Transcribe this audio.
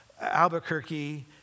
Albuquerque